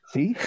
See